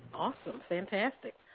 awesome, fantastic.